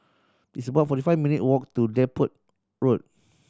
it's about forty five minute walk to Deptford Road